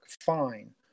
fine